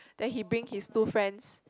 then he bring his two friends